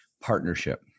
partnership